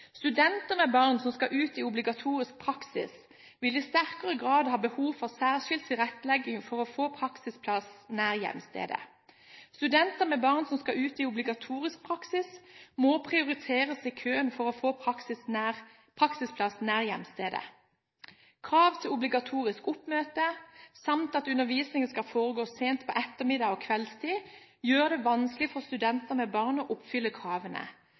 Studenter med barn som skal ut i obligatorisk praksis, vil i sterkere grad ha behov for særskilt tilrettelegging for å få praksisplass nær hjemstedet. Studenter med barn som skal ut i obligatorisk praksis, må prioriteres i køen for å få praksisplass nær hjemstedet. Krav til obligatorisk oppmøte samt at undervisningen skal foregå sent på ettermiddag eller kveldstid, gjør det vanskelig for studenter med barn å oppfylle kravene.